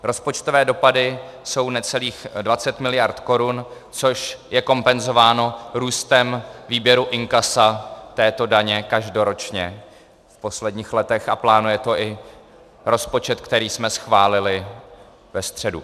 Rozpočtové dopady jsou necelých 20 miliard korun, což je kompenzováno růstem výběru inkasa této daně každoročně v posledních letech, a plánuje to i rozpočet, který jsme schválili ve středu.